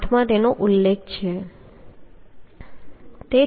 8 માં તેનો ઉલ્લેખ છે